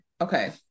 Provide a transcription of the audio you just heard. okay